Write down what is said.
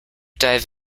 dive